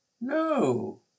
No